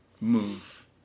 move